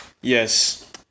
Yes